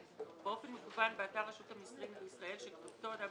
באופן מקוון באתר רשות המסים בישראל שכתובתה.